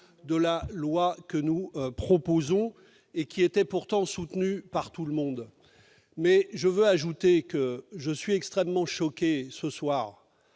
de la loi que nous proposons et qui était pourtant soutenue par tout le monde. Mais je veux ajouter que je suis extrêmement choqué par